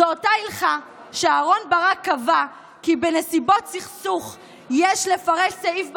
זו אותה הלכה שאהרן ברק קבע כי בנסיבות סכסוך יש לפרש סעיף בחוזה,